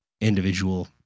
individual